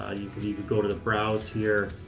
ah you could you could go to the browse here.